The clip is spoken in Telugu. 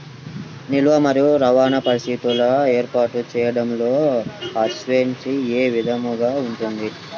నిల్వ మరియు రవాణా పరిస్థితులను ఏర్పాటు చేయడంలో హార్వెస్ట్ ఏ విధముగా ఉంటుంది?